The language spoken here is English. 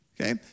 Okay